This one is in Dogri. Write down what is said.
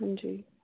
हां जी